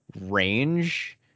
Range